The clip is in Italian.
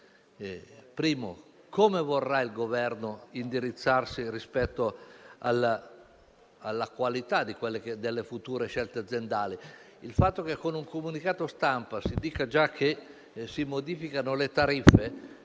come vorrà il Governo indirizzarsi rispetto alla qualità delle future scelte aziendali? Con un comunicato stampa si dice già che si modificano le tariffe,